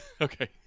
Okay